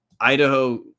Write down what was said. Idaho